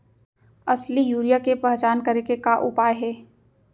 असली यूरिया के पहचान करे के का उपाय हे?